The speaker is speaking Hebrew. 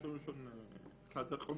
החומר